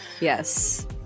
Yes